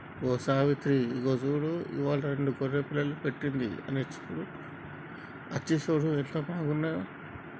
ఓ సావిత్రి ఇగో చూడు ఇవ్వాలా రెండు గొర్రె పిల్లలు పెట్టింది అచ్చి సూడు ఎంత బాగున్నాయో